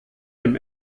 dem